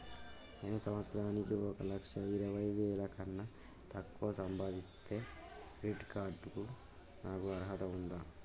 నేను సంవత్సరానికి ఒక లక్ష ఇరవై వేల కన్నా తక్కువ సంపాదిస్తే క్రెడిట్ కార్డ్ కు నాకు అర్హత ఉందా?